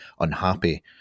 unhappy